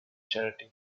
charity